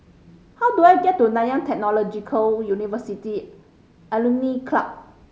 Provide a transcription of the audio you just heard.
how do I get to Nanyang Technological University Alumni Club